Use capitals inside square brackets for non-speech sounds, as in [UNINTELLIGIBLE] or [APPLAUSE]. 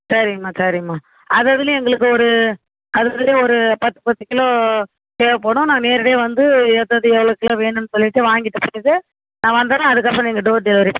சரிங்க அம்மா சரிங்க அம்மா அததுலையும் எங்களுக்கு ஒரு அததுலையும் ஒரு பத்து பத்து கிலோ தேவைப்படும் நான் நேரடியாக வந்து எது எது எவ்வளோ தேவை என்னன்னு சொல்லிவிட்டு வாங்கிகிட்டு [UNINTELLIGIBLE] நான் வந்தடுறன் அதுக்கப்புறோம் நீங்கள் டோர் டெலிவரி